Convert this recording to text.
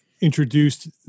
introduced